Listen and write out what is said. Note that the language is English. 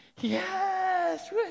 yes